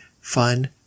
fun